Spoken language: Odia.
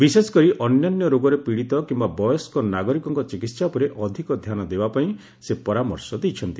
ବିଶେଷକରି ଅନ୍ୟାନ୍ୟ ରୋଗରେ ପୀଡ଼ିତ କିମ୍ବା ବୟସ୍କ ନାଗରିକଙ୍କ ଚିକିହା ଉପରେ ଅଧିକ ଧ୍ୟାନ ଦେବାପାଇଁ ସେ ପରାମର୍ଶ ଦେଇଛନ୍ତି